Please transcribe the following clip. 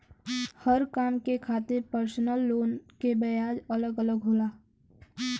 हर काम के खातिर परसनल लोन के ब्याज अलग अलग होला